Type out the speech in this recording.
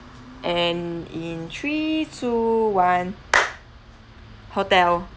and in three two one hotel